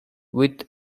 with